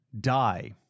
die